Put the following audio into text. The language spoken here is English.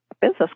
business